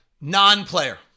non-player